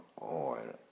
on